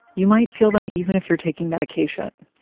you might feel them even if you're taking medication.